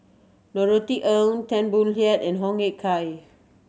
Norothy Ng Tan Boo Liat and Hoo Ah Kay